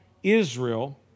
Israel